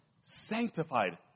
sanctified